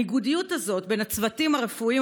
הניגודיות הזו בין הצוותים הרפואיים